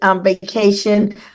vacation